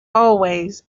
always